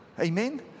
Amen